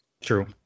True